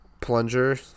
plunger